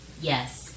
Yes